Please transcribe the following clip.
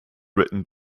written